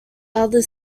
other